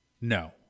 No